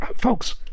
Folks